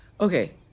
Okay